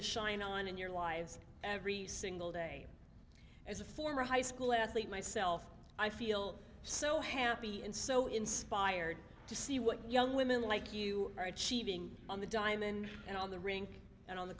to shine on in your lives every single day as a former high school athlete myself i feel so happy and so inspired to see what young women like you are achieving on the diamond and on the rink and on the